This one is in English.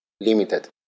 limited